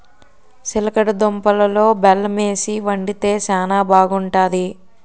సిలగడ దుంపలలో బెల్లమేసి వండితే శానా బాగుంటాది